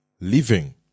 living